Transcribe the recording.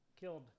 Killed